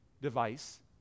device